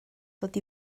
dod